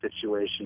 situation